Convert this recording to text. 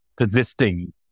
persisting